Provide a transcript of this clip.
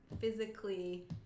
physically